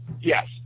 Yes